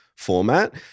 format